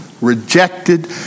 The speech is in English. rejected